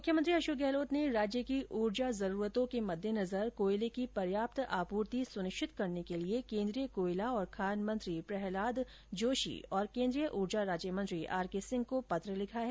मुख्यमंत्री अशोक गहलोत ने राज्य की ऊर्जा जरूरतों के मद्देनजर कोयले की पर्याप्त आपूर्ति सुनिश्चित करने के लिए केन्द्रीय कोयला और खान मंत्री प्रहलाद जोशी और केन्द्रीय ऊर्जा राज्यमंत्री आरके सिंह को पत्र लिखा है